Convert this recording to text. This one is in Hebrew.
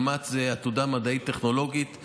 עמ"ט זו עתודה מדעית טכנולוגית.